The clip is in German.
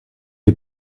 die